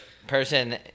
Person